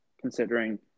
considering